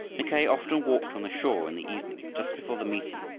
mackay often walked on the shore in the evening just before the meeting,